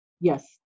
Yes